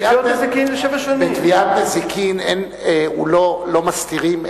בתביעת נזיקין לא מסתירים,